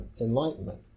Enlightenment